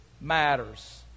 matters